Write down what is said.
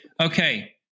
okay